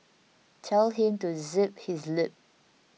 tell him to zip his lip